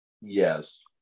yes